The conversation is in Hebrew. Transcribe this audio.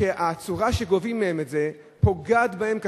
הצורה שגובים מהם את זה פוגעת בהם קשות.